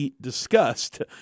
discussed